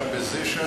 (העברה ללא תשלום של שידורי ערוץ ייעודי),